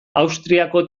austriako